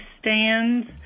stands